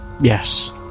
Yes